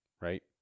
right